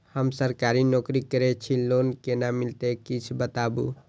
हम सरकारी नौकरी करै छी लोन केना मिलते कीछ बताबु?